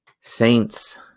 Saints